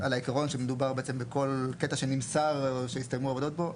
שמדובר בעצם בכל קטע שנמסר או שהסתיימו עבודות בו.